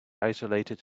isolated